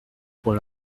pour